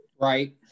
Right